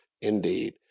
Indeed